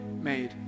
made